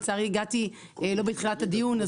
לצערי הגעתי לא בתחילת הדיון,